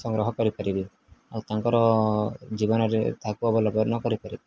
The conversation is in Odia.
ସଂଗ୍ରହ କରିପାରିବେ ଆଉ ତାଙ୍କର ଜୀବନରେ ତାକୁ ଅବଲମ୍ବନ କରିପାରିବେ